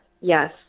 Yes